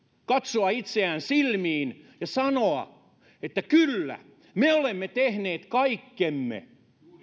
katsoa itseään silmiin ja sanoa kyllä me olemme tehneet kaikkemme